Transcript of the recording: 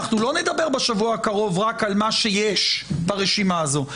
אנחנו לא נדבר בשבוע הקרוב רק על מה שיש ברשימה הזו.